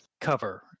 cover